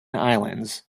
islands